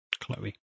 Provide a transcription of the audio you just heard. Chloe